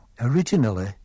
originally